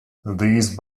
these